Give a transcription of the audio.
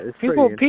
people